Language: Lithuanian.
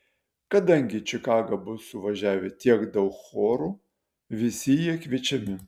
kadangi į čikagą bus suvažiavę tiek daug chorų visi jie kviečiami